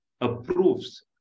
approves